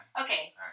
Okay